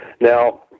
Now